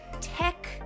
tech